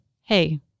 Hey